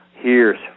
hears